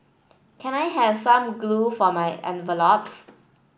can I have some glue for my envelopes